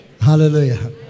Hallelujah